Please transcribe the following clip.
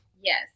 Yes